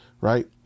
right